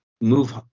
move